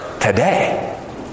today